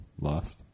lost